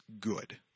good